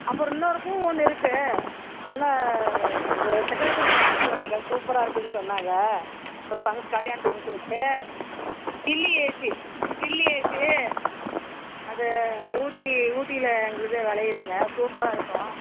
அப்புறோம் இன்னொரு பூ ஒன்று இருக்குது நல்லா இது டெக்கரேஷனுக்கு வாங்கிட்டு போனாங்க சூப்பராக இருக்குதுன்னு சொன்னாங்க ஒரு பங் கல்யாண பங்க்ஷனுக்கு லில்லியேசி லில்லியேசி அது ஊட்டி ஊட்டியில் எங்களதே விளையுதுங்க சூப்பராக இருக்கும்